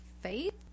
faith